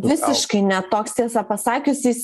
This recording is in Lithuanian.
visiškai ne toks tiesą pasakius jis